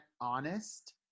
honest